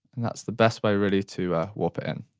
and that's the best way, really, to warp it in.